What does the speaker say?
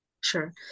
Sure